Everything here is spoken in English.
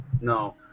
No